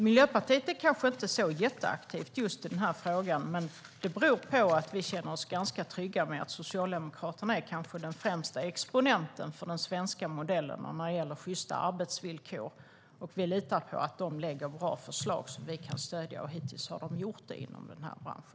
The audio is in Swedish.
Miljöpartiet är kanske inte så jätteaktivt just i denna fråga, men det beror på att vi känner oss ganska trygga med att Socialdemokraterna är den främsta exponenten för den svenska modellen när det gäller sjysta arbetsvillkor. Vi litar på att de lägger fram bra förslag som vi kan stödja, och hittills har de gjort det inom denna bransch.